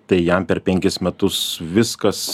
tai jam per penkis metus viskas